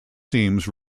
seems